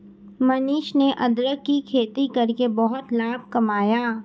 मनीष ने अदरक की खेती करके बहुत लाभ कमाया